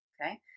Okay